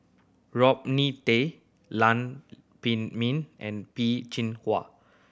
Rodney Tan Lam Pin Min and Peh Chin Hua